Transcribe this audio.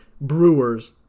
Brewers